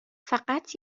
فقط